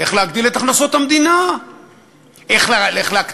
איך להגדיל את הכנסות המדינה,